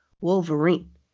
Wolverine